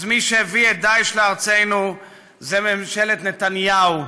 אז מי שהביא את "דאעש" לארצנו זו ממשלת נתניהו.